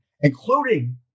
including